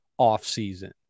offseason